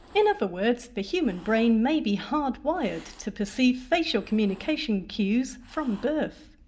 in other words, the human brain may be hardwired to perceive facial communication cues from birth.